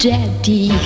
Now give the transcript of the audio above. Daddy